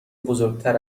بزرگتر